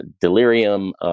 delirium